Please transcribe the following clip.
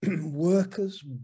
workers